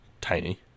tiny